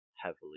Heavily